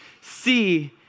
See